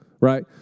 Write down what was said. Right